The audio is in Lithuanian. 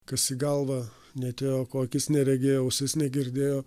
kas į galvą neatėjo ko akis neregėjo ausis negirdėjo